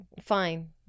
Fine